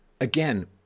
Again